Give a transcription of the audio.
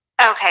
okay